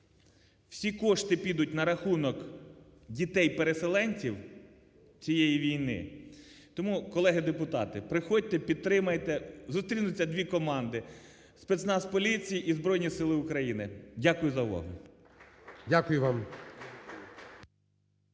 Всі кошти підуть на рахунок дітей-переселенців цієї війни. Тому, колеги депутати, приходьте, підтримайте. Зустрінуться дві команди: спецназ поліції і Збройні Сили України. Дякую за увагу. ГОЛОВУЮЧИЙ.